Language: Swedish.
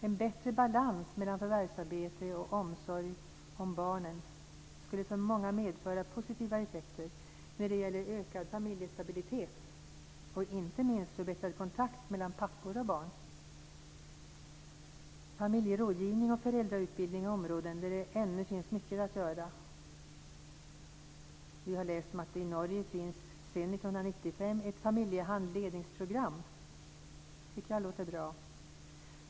En bättre balans mellan förvärvsarbete och omsorg om barnen skulle för många medföra positiva effekter när det gäller ökad familjestabilitet och inte minst förbättrad kontakt mellan pappor och barn. Familjerådgivning och föräldrautbildning är områden där det ännu finns mycket att göra. Vi har läst att det i Norge sedan 1995 finns ett familjehandledningsprogram. Det tycker jag låter bra.